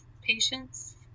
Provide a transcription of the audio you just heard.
patients